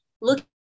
look